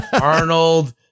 Arnold